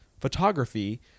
photography